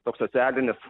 toks socialinis